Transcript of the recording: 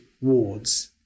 wards